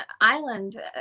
island